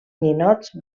ninots